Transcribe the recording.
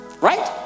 Right